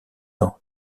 dans